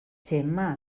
gemma